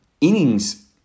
innings